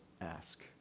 ask